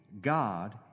God